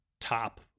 top